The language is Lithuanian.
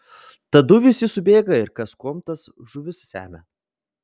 tadu visi subėga ir kas kuom tas žuvis semia